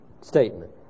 statement